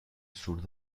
sur